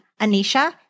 Anisha